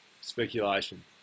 speculation